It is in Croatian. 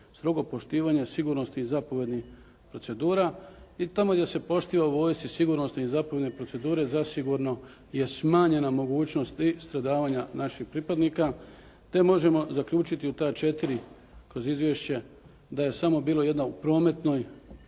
strogo poštivanje sigurnosti zapovjednih procedura i tamo gdje se poštiva u vojsci sigurnosne zapovjedne procedure, zasigurno je smanjena mogućnost i stradavanja naših pripadnika te možemo zaključiti u ta 4 kroz izvješće da je samo bila jedna u prometnoj,